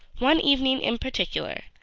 one evening in particular,